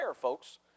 folks